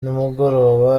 nimugoroba